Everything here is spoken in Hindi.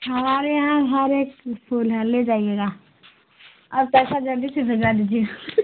हमारे यहाँ हर एक फूल है ले जाइएगा और पैसा जल्दी से भेजा दीजिएगा